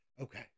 okay